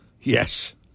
Yes